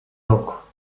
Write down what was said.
yok